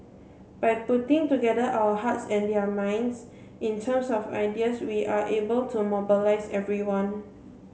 by putting together our hearts and their minds in terms of ideas we are able to mobilise everyone